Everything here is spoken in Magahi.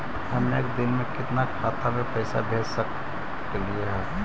हम एक दिन में कितना खाता में पैसा भेज सक हिय?